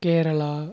Kerala